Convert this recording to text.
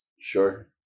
Sure